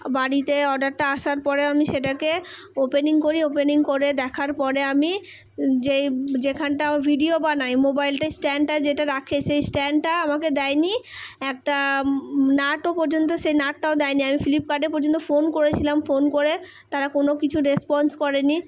বাড়িতে অর্ডারটা আসার পরে আমি সেটাকে ওপেনিং করি ওপেনিং করে দেখার পরে আমি যেই যেখানটা ভিডিও বানায় মোবাইলটায় স্ট্যান্ডটা যেটা রাখে সেই স্ট্যান্ডটা আমাকে দেয় নি একটা নাটও পর্যন্ত সেই নাটটাও দেয় নি আমি ফ্লিপকার্টে পর্যন্ত ফোন করেছিলাম ফোন করে তারা কোন কিছু রেসপন্স করে নি